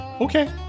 Okay